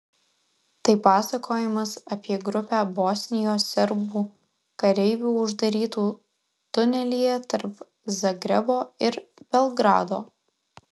tai pasakojimas apie grupę bosnijos serbų kareivių uždarytų tunelyje tarp zagrebo ir belgrado